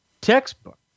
Textbook